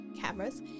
cameras